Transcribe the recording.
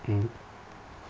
mmhmm